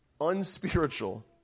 unspiritual